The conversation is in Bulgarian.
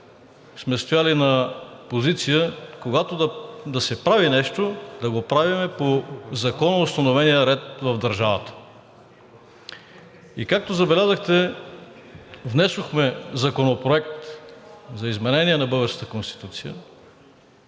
сме стояли на позиция, когато се прави нещо, да го правим по законоустановения ред в държавата. И както забелязахте, внесохме Законопроект за изменение на българската Конституция